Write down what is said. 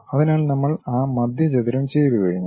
അതിനാൽ നമ്മൾ ആ മധ്യചതുരം ചെയ്തു കഴിഞ്ഞു